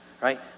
right